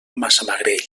massamagrell